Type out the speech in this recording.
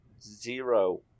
Zero